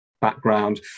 background